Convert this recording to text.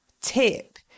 tip